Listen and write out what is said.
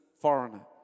foreigner